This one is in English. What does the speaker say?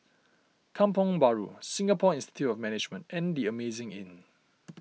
Kampong Bahru Singapore Institute of Management and the Amazing Inn